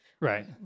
Right